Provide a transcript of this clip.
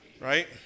right